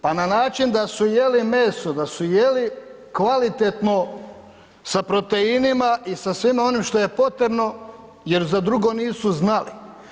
Pa na način da su jeli meso, da su jeli kvalitetno sa proteinima i sa svime onim što je potrebno jer za drugo nisu znali.